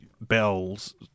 Bell's